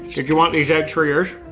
did you want these eggs for yours?